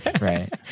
Right